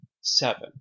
seven